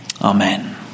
Amen